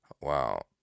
Wow